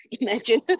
imagine